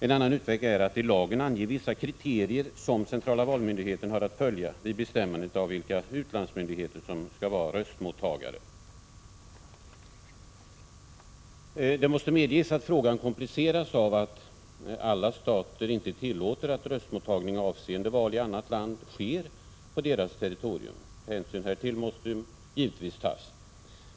En annan utväg är att i lagen ange vissa kriterier som centrala valmyndigheten har att följa vid bestämmandet av vilka utlandsmyndigheter som skall vara röstmottagare. Det måste medges att frågan kompliceras av att inte alla stater tillåter att röstmottagning avseende val i annat land sker på deras territorium. Hänsyn härtill måste givetvis tas.